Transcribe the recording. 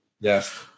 Yes